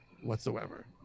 whatsoever